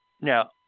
Now